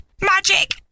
magic